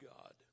God